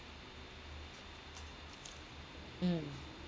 mm